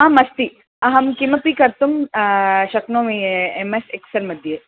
आम् अस्ति अहं किमपि कर्तुं शक्नोमि एम् एस् एक्सेल् मध्ये